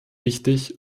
wichtig